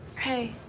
hey.